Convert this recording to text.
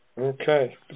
okay